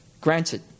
Granted